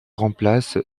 remplace